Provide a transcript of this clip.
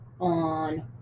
on